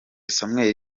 samuel